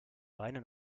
beine